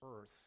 earth